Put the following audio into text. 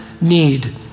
need